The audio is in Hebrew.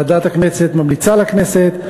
ועדת הכנסת ממליצה לכנסת,